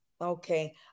Okay